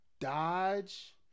Dodge